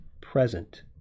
present